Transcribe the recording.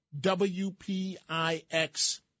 WPIX